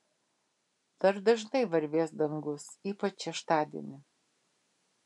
dar dažnai varvės dangus ypač šeštadienį